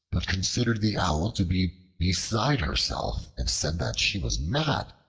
but considered the owl to be beside herself and said that she was mad.